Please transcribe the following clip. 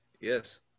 yes